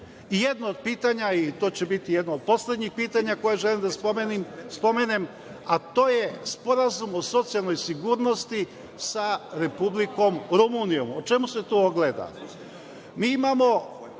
od pitanja, to će biti jedno od poslednjih pitanja koje želim da spomenem, a to je Sporazum o socijalnoj sigurnosti sa Republikom Rumunijom. O čemu se tu ogleda?